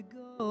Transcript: go